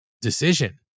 decision